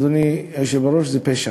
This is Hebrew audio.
אדוני היושב-ראש, שזה פשע.